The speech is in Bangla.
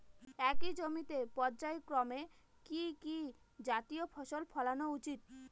একই জমিতে পর্যায়ক্রমে কি কি জাতীয় ফসল ফলানো উচিৎ?